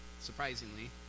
surprisingly